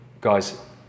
guys